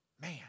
man